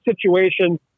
situation